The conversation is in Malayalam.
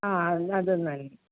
ആ അത് അതെന്നാൽ